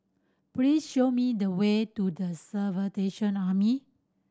please show me the way to The Salvation Army